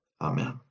Amen